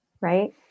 right